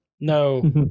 no